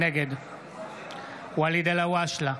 נגד ואליד אלהואשלה,